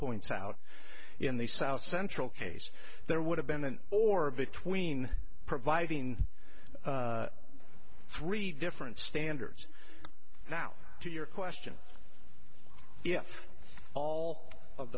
points out in the south central case there would have been an or between providing three different standards now to your question if all of